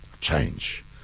change